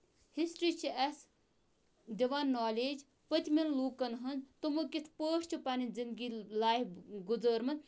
history چھِ اَسہِ دِوان نولیج پٔتمین لوٗکن ہٕنز تمو کِتھ پٲٹھۍ چھِ پَنٕنۍ زِندگی لایف گُزٲرمٕژ